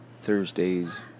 Thursdays